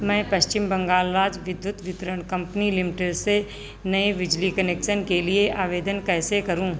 मैं पश्चिम बंगाल राज विद्युत वितरण कंपनी लिमिटेड से नए बिजली कनेक्सन के लिए आवेदन कैसे करूँ